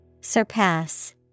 Surpass